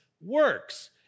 works